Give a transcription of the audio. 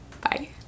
Bye